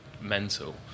mental